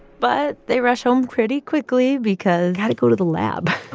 but they rush home pretty quickly because. got to go to the lab